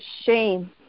shame